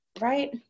Right